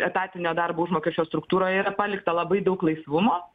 etatinio darbo užmokesčio struktūroje yra palikta labai daug laisvumo